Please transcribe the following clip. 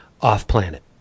off-planet